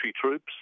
troops